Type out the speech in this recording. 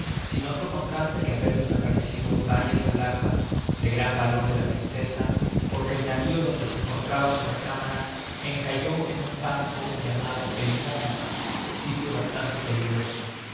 sin otró contraste que haber desaparecido varias alhajas de gran valor de la princesa porque el navío donde se encontraba su recámara encalló en un banco llamado el monge sitio bastante peligroso